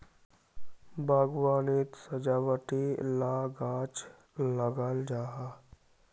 बाग्वानित सजावटी ला गाछ लगाल जाहा